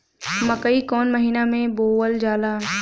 मकई कौन महीना मे बोअल जाला?